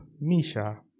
Misha